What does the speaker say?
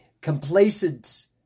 Complacence